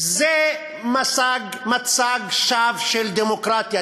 זה מצג שווא של דמוקרטיה.